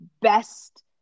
best